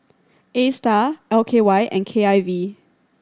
Astar L K Y and K I V